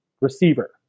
receiver